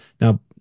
now